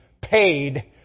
paid